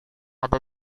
ada